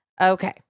Okay